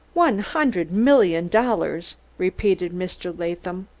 one hundred million dollars! repeated mr. latham.